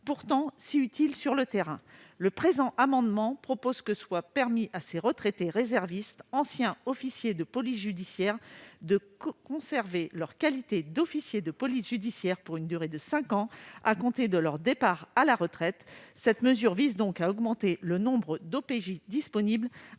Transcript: pourtant si utiles sur le terrain. Le présent amendement tend à permettre à ces retraités réservistes anciens officiers de police judiciaire de conserver leur qualité d'officier de police judiciaire pour une durée de cinq ans à compter de leur départ à la retraite. Cette mesure vise donc à augmenter le nombre d'officiers